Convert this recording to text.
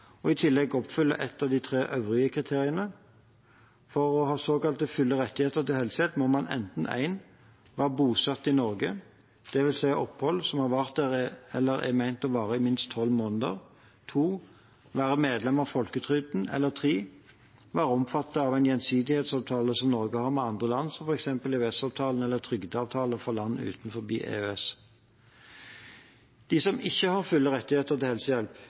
og i tillegg oppfyller et av tre øvrige kriterier. For å ha såkalte fulle rettigheter til helsehjelp må man enten, punkt 1, være bosatt i Norge, dvs. ha opphold som har vart eller er ment å vare i minst tolv måneder, punkt 2, være medlem av folketrygden, eller, punkt 3, være omfattet av en gjensidighetsavtale som Norge har med andre land, som f.eks. EØS-avtalen eller trygdeavtaler med land utenfor EØS. De som ikke har fulle rettigheter til helsehjelp,